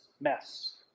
mess